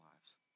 lives